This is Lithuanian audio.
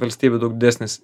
valstybių daug didesnis